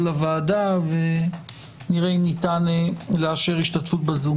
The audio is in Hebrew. הוועדה ונראה אם ניתן לאשר השתתפות בזום.